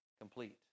complete